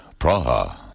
Praha